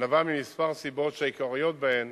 נבעה מכמה סיבות, שהעיקריות שבהן